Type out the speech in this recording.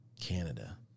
Canada